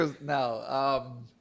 No